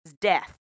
death